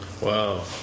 Wow